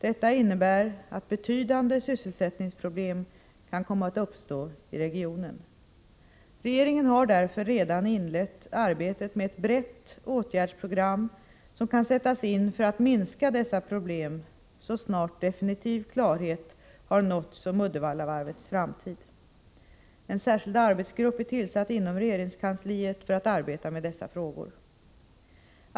Detta innebär att betydande sysselsättningsproblem kan komma att uppstå i regionen. Regeringen har därför redan inlett arbetet med ett brett åtgärdsprogram som kan sättas in för att minska dessa problem så snart definitiv klarhet har nåtts om Uddevallavarvets framtid. En särskild arbetsgrupp är tillsatt inom regeringskansliet för att arbeta med dessa frågor.